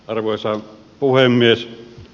arvoisa puhemies